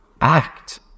act